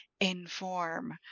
inform